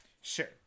Sure